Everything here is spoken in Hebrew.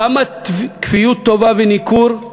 כמה כפיות טובה וניכור?